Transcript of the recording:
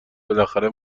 بالاخره